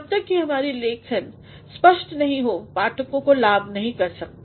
जब तब कि हमारी लेखन स्पष्ट नहीं वह पाठकों को लाभ नहीं देगी